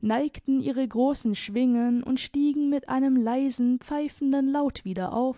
neigten ihre grossen schwingen und stiegen mit einem leisen pfeifenden laut wieder auf